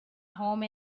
home